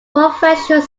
professional